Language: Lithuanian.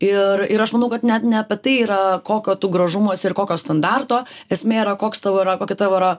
ir ir aš manau kad net ne apie tai yra kokio tu gražumo esi ir kokio standarto esmė yra koks tavo yra kokia tavo yra